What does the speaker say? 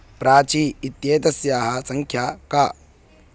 प्राची इत्येतस्याः सङ्ख्या का